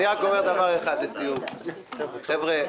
חבר'ה,